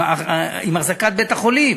עם אחזקת בית-החולים,